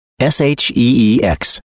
S-H-E-E-X